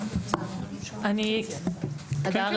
אני הדר,